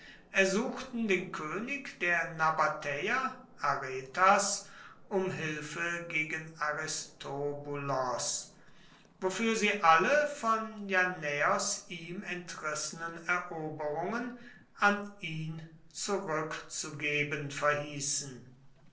ersuchten den könig der nabatäer aretas um hilfe gegen aristobulos wofür sie alle von jannäos ihm entrissenen eroberungen an ihn zurückzugeben verhießen